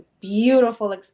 beautiful